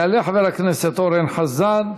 יעלה חבר הכנסת אורן חזן,